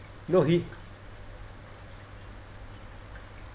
no he